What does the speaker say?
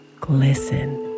glisten